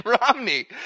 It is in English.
Romney